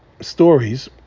stories